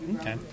Okay